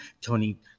Tony